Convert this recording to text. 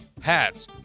Hats